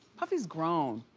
puffy's grown.